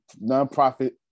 nonprofit